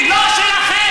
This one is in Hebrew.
היא לא שלכם.